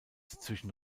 zwischen